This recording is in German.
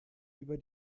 über